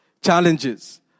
challenges